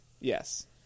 Yes